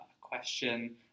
question